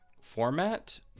format